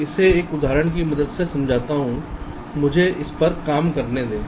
इसे एक उदाहरण की मदद से समझाता हूं मुझे इस पर काम करने दीजिए